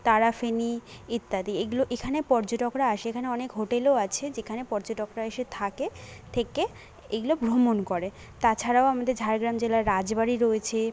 তারা ফেনী ইত্যাদি এগুলো এখানে পর্যটকরা আসে এখানে অনেক হোটেলও আছে যেখানে পর্যটকরা এসে থাকে থেকে এইগুলো ভ্রমণ করে তাছাড়াও আমাদের ঝাড়গ্রাম জেলার রাজবাড়ি রয়েছে